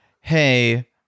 hey